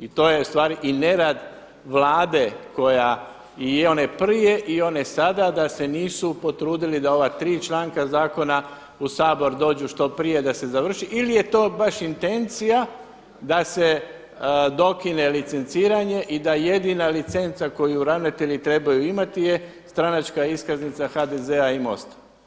i to je stvar i nerad Vlade koja i one prije i one sada da se nisu potrudili da ova tri članka zakona u Sabor dođu što prije ili je to baš intencija da se dokine licenciranje i da jedina licenca koju ravnatelji trebaju imati je stranačka iskaznica HDZ-a i Mosta.